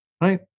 right